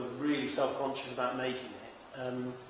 really self-conscious about making and